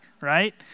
right